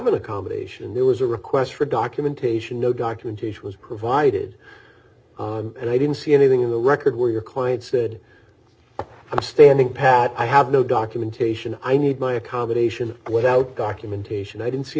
an accommodation there was a request for documentation no documentation was provided and i didn't see anything in the record where your client said i'm standing pat i have no documentation i need my accommodation without documentation i didn't see